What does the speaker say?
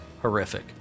horrific